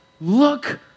look